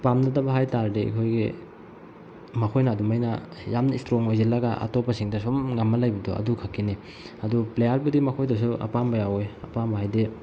ꯄꯥꯝꯅꯗꯕ ꯍꯥꯏ ꯇꯥꯔꯗꯤ ꯑꯩꯈꯣꯏꯒꯤ ꯃꯈꯣꯏꯅ ꯑꯗꯨꯝꯃꯥꯏꯅ ꯌꯥꯝꯅ ꯏꯁꯇ꯭ꯔꯣꯡ ꯑꯣꯏꯁꯤꯜꯂꯒ ꯑꯇꯣꯞꯁꯤꯡꯗ ꯁꯨꯝ ꯉꯝꯃ ꯂꯩꯕꯗꯣ ꯑꯗꯨ ꯈꯛꯀꯤꯅꯤ ꯑꯗꯨ ꯄ꯭ꯂꯦꯌꯥꯔꯕꯨꯗꯤ ꯃꯈꯣꯏꯗꯁꯨ ꯑꯄꯥꯝꯕ ꯌꯥꯎꯋꯤ ꯑꯄꯥꯝꯕ ꯍꯥꯏꯗꯤ